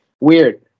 Weird